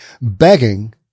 begging